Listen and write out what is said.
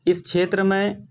اس چھیتر میں